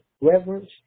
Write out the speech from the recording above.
reverence